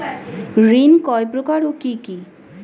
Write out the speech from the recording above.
ঋণ কয় প্রকার ও কি কি?